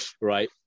right